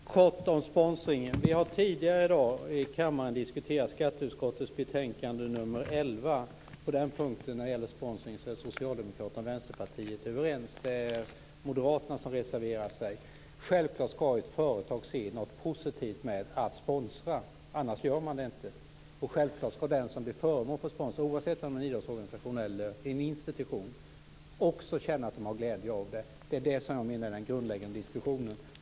Fru talman! Kort om sponsringen: Vi har tidigare i dag i kammaren diskuterat skatteutskottets betänkande nr 11. När det gäller sponsring är Socialdemokraterna och Vänsterpartiet överens. Det är Moderaterna som reserverar sig. Självklart skall ett företag se något positivt med att sponsra, annars gör man det inte. Självklart skall de som blir föremål för sponsring, oavsett om det är en idrottsorganisation eller en institution, också känna att de har glädje av det. Det är det som jag menar är den grundläggande diskussionen.